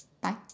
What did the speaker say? Bye